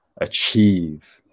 achieve